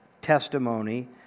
testimony